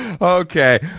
okay